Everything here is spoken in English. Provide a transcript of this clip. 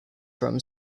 from